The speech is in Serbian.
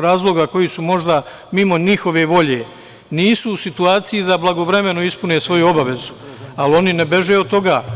razloga koji su možda mimo njihove volje nisu u situaciji da blagovremeno ispune svoju obavezu, ali oni ne beže od toga.